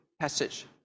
passage